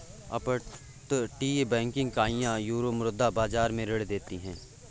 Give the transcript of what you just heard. अपतटीय बैंकिंग इकाइयां यूरोमुद्रा बाजार में ऋण देती हैं